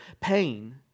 pain